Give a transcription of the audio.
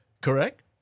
Correct